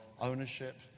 ownership